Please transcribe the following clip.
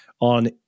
on